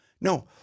no